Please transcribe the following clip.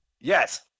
Yes